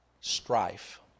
strife